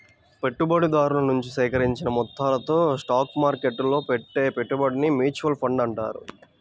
పెట్టుబడిదారుల నుంచి సేకరించిన మొత్తాలతో స్టాక్ మార్కెట్టులో పెట్టే పెట్టుబడినే మ్యూచువల్ ఫండ్ అంటారు